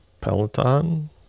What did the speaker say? peloton